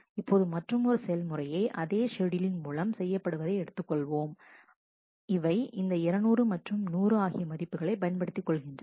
இப்போது மற்றுமொரு செயல்முறையை அதே ஷெட்யூலின் மூலம் செய்யப் படுவதை எடுத்துக் கொள்வோம் அவை இந்த 200 மற்றும் 100 ஆகிய மதிப்புகளை பயன்படுத்திக்கொள்கின்றன